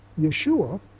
Yeshua